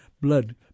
blood